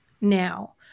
now